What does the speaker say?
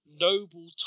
noble